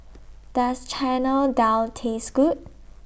Does Chana Dal Taste Good